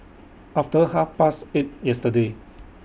after Half Past eight yesterday